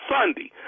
Sunday